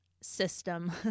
system